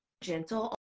gentle